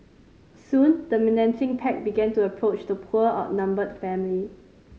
soon the menacing pack began to approach the poor outnumbered family